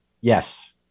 Yes